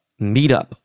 meetup